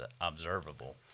observable